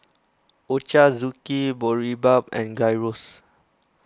Ochazuke Boribap and Gyros